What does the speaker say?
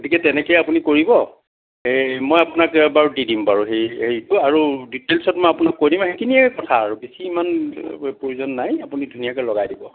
গতিকে তেনেকৈয়ে আপুনি কৰিব হেই মই আপোনাক বাৰু দি দিম বাৰু সেই হেৰিটো আৰু দিটেইলছত মই আপোনাক কৈ দিম সেইখিনিয়েই কথা আৰু বেছি ইমান প্ৰয়োজন নাই আপুনি ধুনীয়াকৈ লগাই দিব